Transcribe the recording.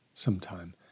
sometime